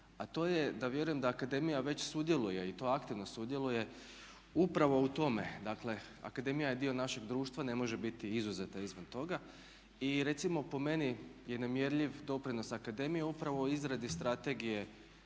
a to je da vjerujem da akademija već sudjeluje i to aktivno sudjeluje upravo u tome, dakle akademija je dio našeg društva, ne može biti izuzeta izvan toga i recimo po meni je nemjerljiv doprinos akademije upravo u izradi Strategije